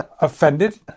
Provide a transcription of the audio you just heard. offended